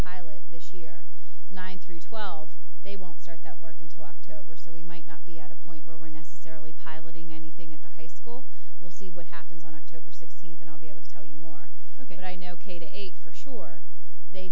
pilot this year nine through twelve they won't start that work until october so we might not be at a point where we're necessarily piloting anything at the high school we'll see what happens on october sixteenth and i'll be able to tell you more ok i know ok the eight for sure they